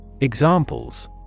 Examples